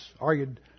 argued